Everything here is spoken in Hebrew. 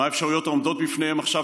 מה האפשרויות העומדות בפניהם עכשיו,